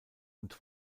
und